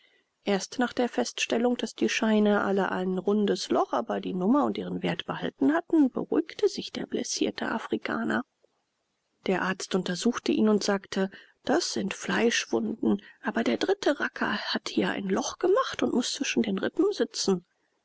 erst nach der feststellung daß die scheine alle ein rundes loch aber die nummer und ihren wert behalten hatten beruhigte sich der blessierte afrikaner der arzt untersuchte ihn und sagte das sind fleischwunden aber der dritte racker hat hier ein loch gemacht und muß zwischen den rippen sitzen